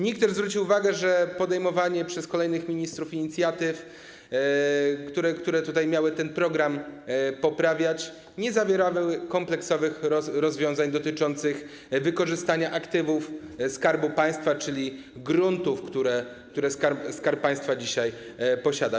NIK też zwrócił uwagę, że podejmowane przez kolejnych ministrów inicjatywy, które miały ten program poprawiać, nie obejmowały kompleksowych rozwiązań dotyczących wykorzystania aktywów Skarbu Państwa, czyli gruntów, które Skarb Państwa dzisiaj posiada.